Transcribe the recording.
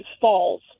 falls